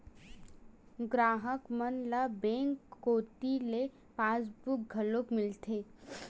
गराहक मन ल बेंक कोती ले पासबुक घलोक मिलथे